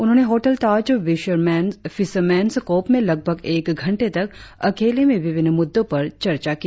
उन्होंने hotel Taj Fisherman's Cove में लगभग एक घंटे तक अकेले में विभिन्न मुद्दों पर चर्चा की